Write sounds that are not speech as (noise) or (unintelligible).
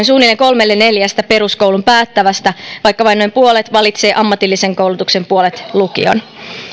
(unintelligible) suunnilleen kolmelle neljästä peruskoulun päättävästä vaikka noin puolet valitsee ammatillisen koulutuksen puolet lu kion